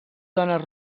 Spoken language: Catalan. dones